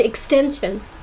extension